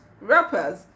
Rappers